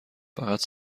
فقط